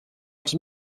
els